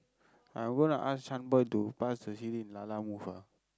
I'm gonna ask Shaan boy to pass the CD in lalamove ah